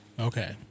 okay